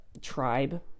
tribe